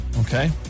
Okay